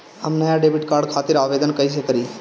हम नया debit card खातिर आवेदन कईसे करी?